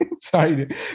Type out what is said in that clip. Sorry